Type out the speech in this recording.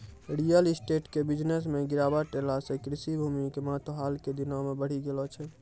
real estate के business मॅ गिरावट ऐला सॅ कृषि भूमि के महत्व हाल के दिनों मॅ बढ़ी गेलो छै